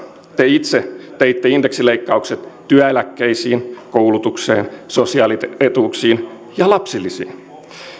te itse teitte indeksileikkaukset työeläkkeisiin koulutukseen sosiaalietuuksiin ja lapsilisiin